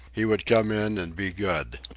he would come in and be good.